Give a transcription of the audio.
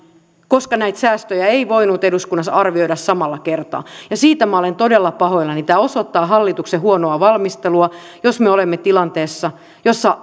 koska näitä säästöjä ei voinut eduskunnassa arvioida samalla kertaa siitä minä olen todella pahoillani tämä osoittaa hallituksen huonoa valmistelua jos me olemme tilanteessa jossa